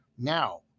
Now